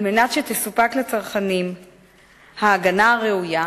על מנת שתסופק לצרכנים ההגנה הראויה,